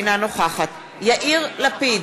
אינה נוכחת יאיר לפיד,